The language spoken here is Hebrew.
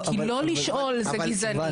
כי לא לשאול זה גזעני.